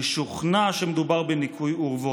משוכנע שמדובר בניקוי אורוות.